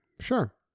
Sure